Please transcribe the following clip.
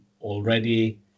already